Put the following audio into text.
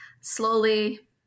slowly